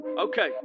Okay